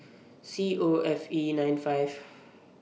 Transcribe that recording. C O F E nine five